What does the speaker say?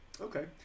okay